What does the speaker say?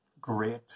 great